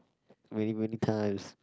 many many times